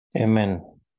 Amen